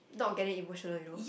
not getting emotional you know